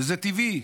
וזה טבעי,